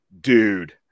dude